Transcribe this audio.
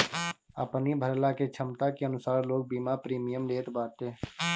अपनी भरला के छमता के अनुसार लोग बीमा प्रीमियम लेत बाटे